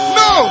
no